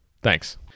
Thanks